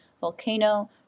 Volcano